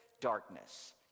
darkness